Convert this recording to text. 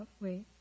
Wait